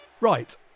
Right